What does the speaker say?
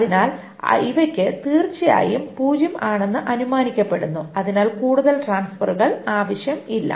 അതിനാൽ ഇവയ്ക്ക് തീർച്ചയായും 0 ആണെന്ന് അനുമാനിക്കപ്പെടുന്നു അതിനാൽ കൂടുതൽ ട്രാൻസ്ഫറുകൾ ആവശ്യമില്ല